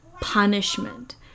punishment